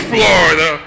Florida